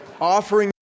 Offering